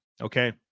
okay